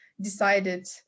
decided